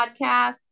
podcast